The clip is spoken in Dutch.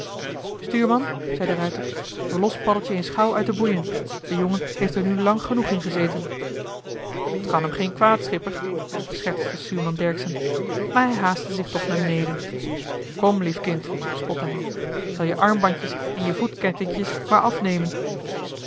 stuurman zei de ruijter verlos paddeltje eens gauw uit de boeien de jongen heeft er nu lang genoeg in gezeten t kan hem geen kwaad schipper schertste stuurman dercksen maar hij haastte zich toch naar beneden kom lief kind spotte hij ik zal je armbandjes en voetkettinkjes maar afnemen